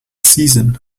season